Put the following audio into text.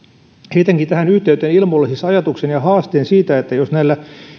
siis tähän yhteyteen ilmoille ajatuksen ja haasteen siitä että jos näillä